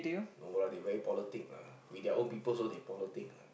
no lah they very politic lah with their own people also they politic lah